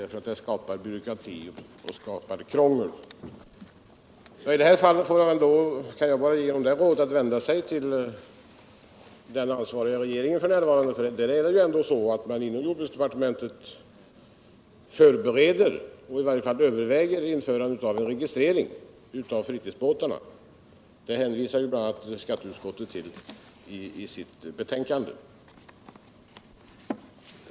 En sådan skapar byråkrati och krångel enligt hans mening. Jag kan bara ge honom rådet att vända sig till den ansvariga regeringen. Det är ju ändå så att man inom jordbruksdepartementet förbereder eller i varje fall överväger införandet av en registrering av fritidsbåtar. Det hänvisar skatteutskottet till i silt betänkande.